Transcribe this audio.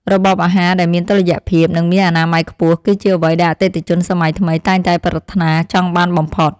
របបអាហារដែលមានតុល្យភាព និងមានអនាម័យខ្ពស់ គឺជាអ្វីដែលអតិថិជនសម័យថ្មីតែងតែប្រាថ្នាចង់បានបំផុត។